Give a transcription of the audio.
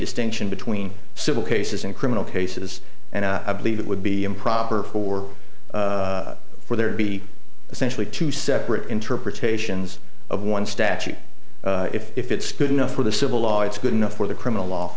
distinction between civil cases and criminal cases and i believe it would be improper for for there to be essentially two separate interpretations of one statute if it's good enough for the civil law it's good enough for the criminal law